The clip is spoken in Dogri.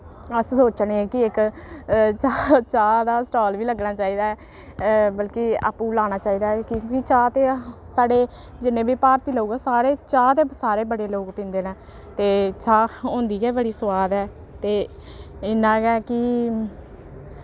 अस सोचने कि इक चाह् चाह् दा स्टाल बी लग्गना चाही दा ऐ बल्कि आपूं लाना चाहिदा ऐ क्योंकि चाह् ते साढ़े जिन्ने बी भारती लोक सारे चाह् ते सारे बड़े लोक पींदे न ते चाह् होंदी गै बड़ी सोआद ऐ ते इन्ना गै कि